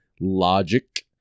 logic